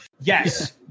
Yes